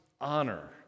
honor